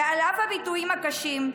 ועל אף הביטויים הקשים,